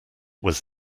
was